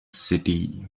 city